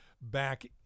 back